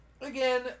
Again